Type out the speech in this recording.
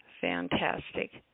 Fantastic